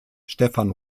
stefan